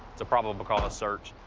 it's a probable cause search.